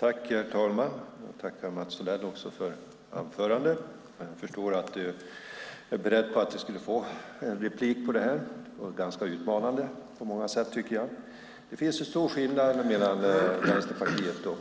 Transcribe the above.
Herr talman! Jag vill tacka dig, Mats Odell, för ditt anförande. Jag förstår att du är beredd på en replik efter det på många sätt, tycker jag, ganska utmanade anförandet. Det finns en stor skillnad mellan Vänsterpartiet och